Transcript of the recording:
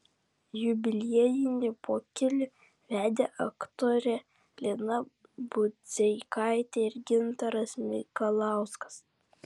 jubiliejinį pokylį vedė aktorė lina budzeikaitė ir gintaras mikalauskas